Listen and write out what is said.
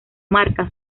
marca